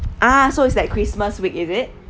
ah so it's that christmas week is it